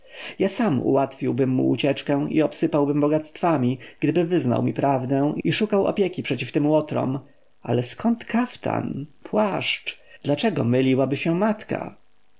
ja sam ułatwiłbym mu ucieczkę i obsypałbym bogactwami gdyby wyznał mi prawdę i szukał opieki przeciw tym łotrom ale skąd kaftan płaszcz dlaczego myliłaby się matka